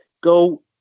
Go